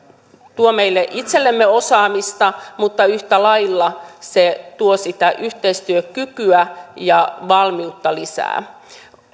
tuo meille itsellemme osaamista mutta yhtä lailla se tuo sitä yhteistyökykyä ja valmiutta lisää